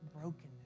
brokenness